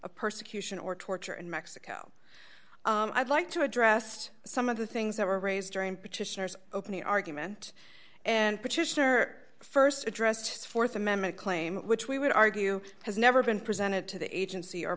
of persecution or torture in mexico i'd like to address some of the things that were raised during petitioners opening argument and petitioner st addressed th amendment claim which we would argue has never been presented to the agency or